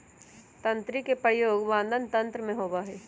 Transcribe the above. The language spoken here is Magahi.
तंत्री के प्रयोग वादन यंत्र में होबा हई